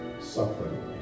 suffering